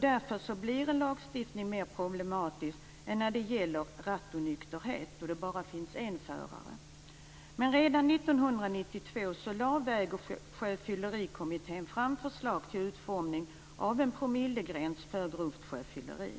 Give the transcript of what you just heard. Därför blir en lagstiftning mer problematisk än när det gäller rattonykterhet, då det bara finns en förare. Men redan 1992 lade Väg och sjöfyllerikommittén fram förslag till en utformning av en promillegräns för grovt sjöfylleri.